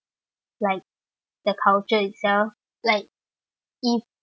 like the culture itself like if